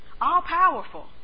all-powerful